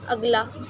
اگلا